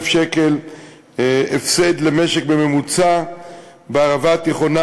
שקל הפסד למשק בממוצע בערבה התיכונה,